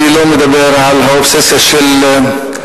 אני לא מדבר על האובססיה של דיבור